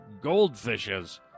goldfishes